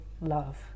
love